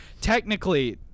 technically